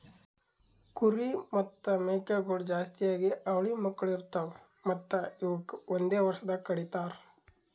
ಕುರಿ ಮತ್ತ್ ಮೇಕೆಗೊಳ್ ಜಾಸ್ತಿಯಾಗಿ ಅವಳಿ ಮಕ್ಕುಳ್ ಇರ್ತಾವ್ ಮತ್ತ್ ಇವುಕ್ ಒಂದೆ ವರ್ಷದಾಗ್ ಕಡಿತಾರ್